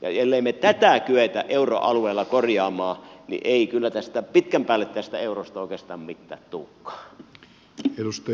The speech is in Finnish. ellemme me tätä kykene euroalueella korjaamaan niin ei kyllä pitkän päälle tästä eurosta oikeastaan mitään tulekaan